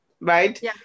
right